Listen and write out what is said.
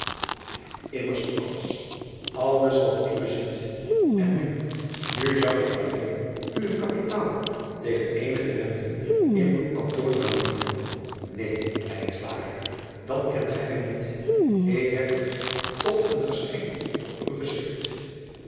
mmers alles alles wat ik bezit n nu nu zou ik alleen u een driaan oosjes zn et leven van aurits ijnslager kapitaal tegen eenige rente in uw kantoor aanbieden neen dan kent gij mij niet k heb het tot een geschenk voor u geschikt